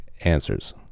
answers